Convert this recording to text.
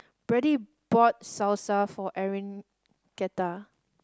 Brady bought Salsa for Enriqueta